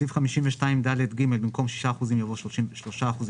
בסעיף 52ד(ג), במקום "בשיעור מס החברות"